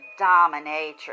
dominatrix